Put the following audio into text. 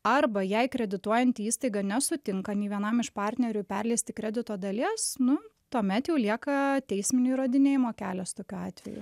arba jei kredituojanti įstaiga nesutinka nei vienam iš partnerių perleisti kredito dalies nu tuomet jau lieka teisminio įrodinėjimo kelias tokiu atveju